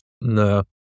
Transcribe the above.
No